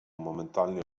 momentalnie